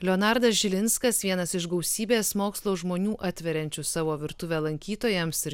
leonardas žilinskas vienas iš gausybės mokslo žmonių atveriančių savo virtuvę lankytojams ir